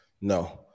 No